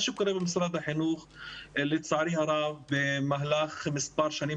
מה שקורה במשרד החינוך לצערי הרב במהלך מספר שנים